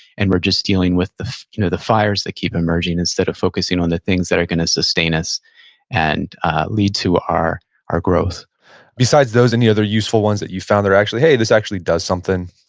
and we're just dealing with the you know the fires that keep emerging instead of focusing on the things that are going to sustain us and lead to our our growth besides those, any other useful ones that you found that are actually, hey, this actually does something?